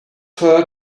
her